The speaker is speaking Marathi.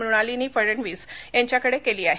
मृणालिनी फडणवीस यांच्याकडे केली आहे